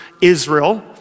Israel